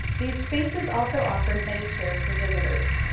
these spaces also offered many chairs for visitors.